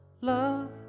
love